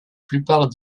plupart